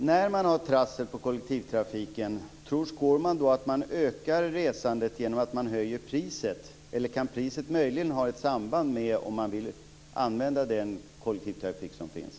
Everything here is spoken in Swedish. Fru talman! När det är trassel i kollektivtrafiken, tror Skårman då att resandet ökar genom att man höjer priset? Eller kan priset möjligen ha samband med användningen av den kollektivtrafik som finns?